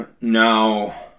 Now